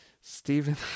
Stephen